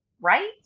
right